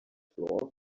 floor